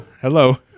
Hello